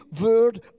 word